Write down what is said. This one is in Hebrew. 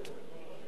ראשי הסיעות,